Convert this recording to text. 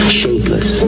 shapeless